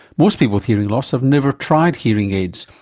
most people with hearing loss have never tried hearing aids,